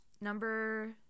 Number